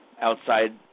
outside